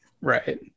Right